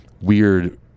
weird